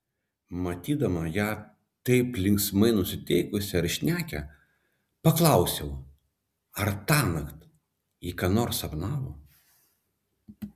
matydama ją taip linksmai nusiteikusią ir šnekią paklausiau ar tąnakt ji ką nors sapnavo